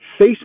Facebook